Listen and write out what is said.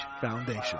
Foundation